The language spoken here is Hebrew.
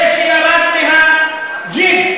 זה שירד מהג'יפ,